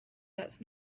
that’s